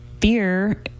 fear